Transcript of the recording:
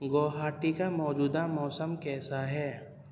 گوہاٹی کا موجودہ موسم کیسا ہے